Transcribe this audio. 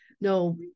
no